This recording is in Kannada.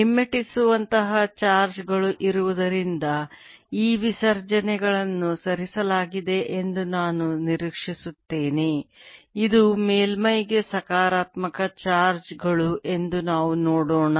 ಹಿಮ್ಮೆಟ್ಟಿಸುವಂತಹ ಚಾರ್ಜ್ ಗಳು ಇರುವುದರಿಂದ ಈ ವಿಸರ್ಜನೆಗಳನ್ನು ಸರಿಸಲಾಗಿದೆ ಎಂದು ನಾನು ನಿರೀಕ್ಷಿಸುತ್ತೇನೆ ಇದು ಮೇಲ್ಮೈಗೆ ಸಕಾರಾತ್ಮಕ ಚಾರ್ಜ್ ಗಳು ಎಂದು ನಾವು ನೋಡೋಣ